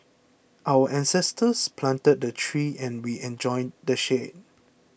our ancestors planted the trees and we enjoy the shade